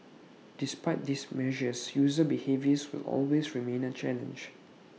despite these measures user behaviour will always remain A challenge